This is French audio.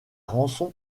rançon